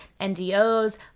ndos